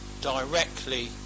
directly